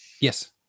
Yes